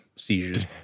seizures